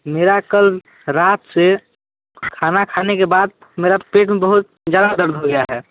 मेरा कल रात से खाना खाने के बाद मेरा पेट मे बहुत ज़्यादा दर्द हो गया है